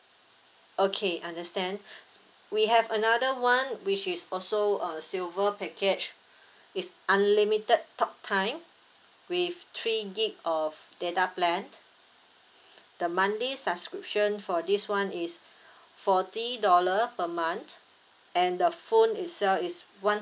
okay understand we have another [one] which is also a silver package it's unlimited talk time with three gig of data plan the monthly subscription for this [one] is forty dollar per month and the phone itself is one